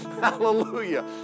Hallelujah